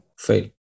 fail